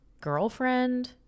girlfriend